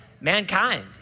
Mankind